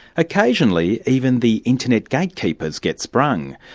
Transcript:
occasionally even the internet gatekeepers get sprung.